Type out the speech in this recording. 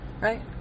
right